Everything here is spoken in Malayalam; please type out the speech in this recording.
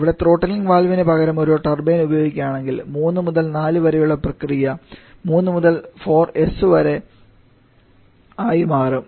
ഇവിടെ ത്രോട്ട്ലിങ് വാൽവിന് പകരം ഒരു ടർബൈൻ ഉപയോഗിക്കുകയാണെങ്കിൽ 3 മുതൽ 4 മുതൽ വരെയുള്ള പ്രക്രിയ 3 മുതൽ 4s വരെ ആയി മാറും